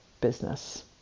business